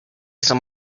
some